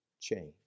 change